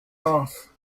off